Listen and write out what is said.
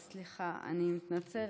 סליחה, אני מתנצלת.